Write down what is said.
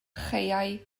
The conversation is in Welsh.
chaeau